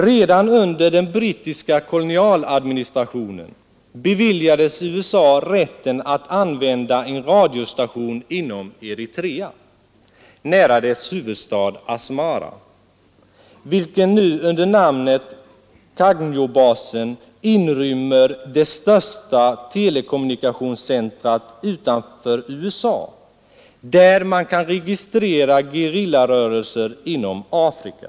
Redan under den brittiska kolonialadministrationen beviljades USA rätten att använda en radiostation inom Eritrea, nära dess huvudstad Asmara, vilken nu under namnet Kagnewbasen inrymmer det största telekommunikationscentrum utanför USA där man kan registrera gerillarörelser inom Afrika.